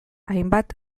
hainbat